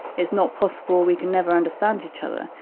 it's not possible, we can never understand each other,